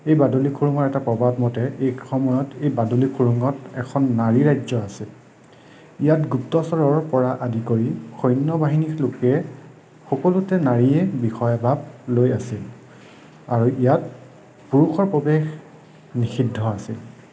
এই বাদুলী খুৰুঙৰ এটা প্ৰবাদ মতে এসময়ত এই বাদুলী খুৰুঙত এখন নাৰী ৰাজ্য আছিল ইয়াত গুপ্তচৰৰপৰা আদি কৰি সৈন্যবাহিনীলৈকে সকলোতে নাৰীয়ে বিষয়বাব লৈ আছিল আৰু ইয়াত পুৰুষৰ প্ৰৱেশ নিষিদ্ধ আছিল